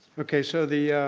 okay, so the,